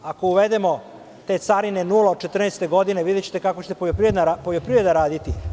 Ako uvedemo te carine od 2014. godine videćete kako će poljoprivreda raditi.